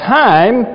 time